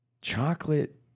Chocolate